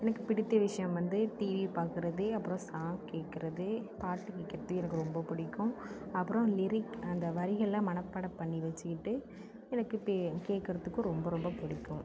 எனக்கு பிடித்த விஷயம் வந்து டீவி பாக்கிறது அப்புறம் சாங் கேட்குறது பாட்டு கேட்குறத்துக்கு எனக்கு ரொம்ப பிடிக்கும் அப்றம் லிரிக் அந்த வரிகள்லாம் மனப்பாடம் பண்ணி வச்சிக்கிட்டு எனக்கு கேக்கிறதுக்கு ரொம்ப ரொம்ப பிடிக்கும்